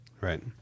Right